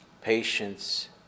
patience